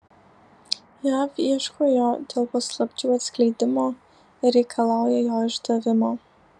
jav ieško jo dėl paslapčių atskleidimo ir reikalauja jo išdavimo